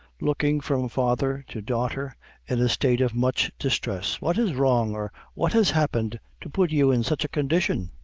looking from father to daughter in a state of much distress, what is wrong, or what has happened to put you in such a condition?